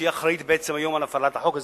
שהיא אחראית בעצם היום להפעלת החוק הזה.